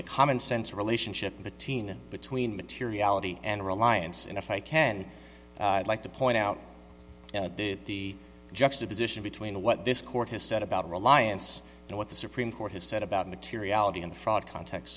the common sense relationship between between materiality and reliance and if i can like to point out the juxtaposition between what this court has said about reliance and what the supreme court has said about materiality and fraud context